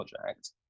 project